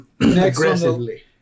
Aggressively